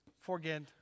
forget